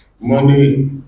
Money